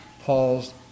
Paul's